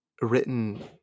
written